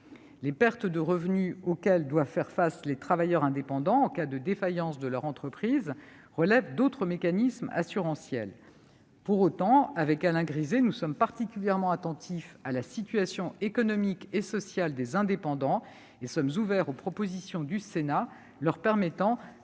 Les pertes de revenus auxquelles doivent faire face les travailleurs indépendants en cas de défaillance de leur entreprise relèvent d'autres mécanismes assurantiels. Pour autant, Alain Griset et moi-même sommes particulièrement attentifs à leur situation économique et sociale et ouverts aux propositions du Sénat pour leur permettre